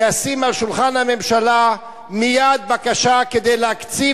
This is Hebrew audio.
ישים על שולחן הממשלה מייד בקשה כדי להקציב